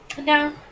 No